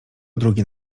drugiej